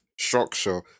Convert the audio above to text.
structure